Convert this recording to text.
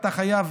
אתה חייב,